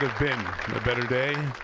been a better day.